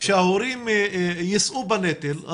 כשההורים יישאו בנטל,